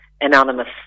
anonymous